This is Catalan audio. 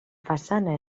façana